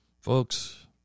Folks